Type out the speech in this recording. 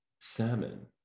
salmon